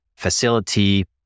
facility